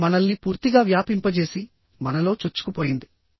ఇది మనల్ని పూర్తిగా వ్యాపింపజేసి మనలో చొచ్చుకుపోయింది